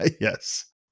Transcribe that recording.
Yes